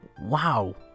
Wow